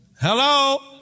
Hello